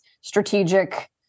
strategic